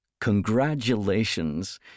congratulations